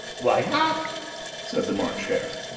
why not said the march hare.